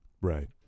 Right